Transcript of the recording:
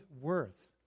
worth